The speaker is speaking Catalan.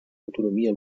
autonomia